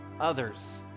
others